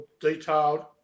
detailed